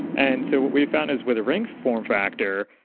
and so what we've found is with a ring form factor,